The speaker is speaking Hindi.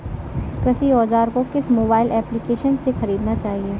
कृषि औज़ार को किस मोबाइल एप्पलीकेशन से ख़रीदना चाहिए?